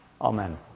Amen